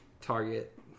target